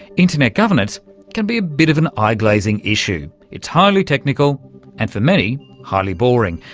internet governance can be a bit of an eye-glazing issue. it's highly technical and, for many, highly boring,